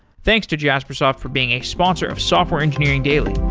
thanks to jaspersoft from being a sponsor of software engineering daily.